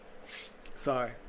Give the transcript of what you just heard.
Sorry